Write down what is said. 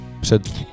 před